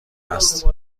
است